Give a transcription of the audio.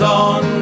on